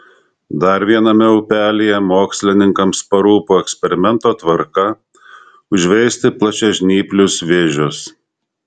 dar viename upelyje mokslininkams parūpo eksperimento tvarka užveisti plačiažnyplius vėžius